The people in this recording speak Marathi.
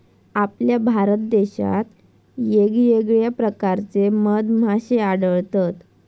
आपल्या भारत देशात येगयेगळ्या प्रकारचे मधमाश्ये आढळतत